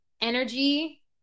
energy